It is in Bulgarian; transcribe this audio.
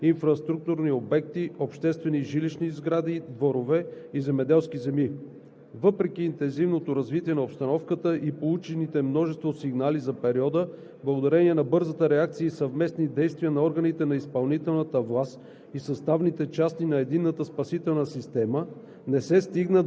В резултат на възникналите наводнения бяха засегнати множество инфраструктурни обекти, обществени и жилищни сгради, дворове и земеделски земи. Въпреки интензивното развитие на обстановката и получените множество сигнали за периода, благодарение на бързата реакция и съвместни действия на органите на изпълнителната власт